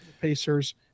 Pacers